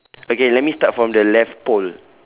okay let me start from the left pole